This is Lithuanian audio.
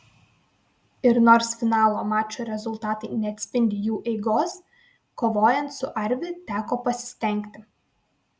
ir nors finalo mačų rezultatai neatspindi jų eigos kovojant su arvi teko pasistengti